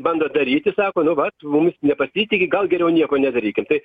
bando daryti sako nu vat mumis nepasitiki gal geriau nieko nedarykim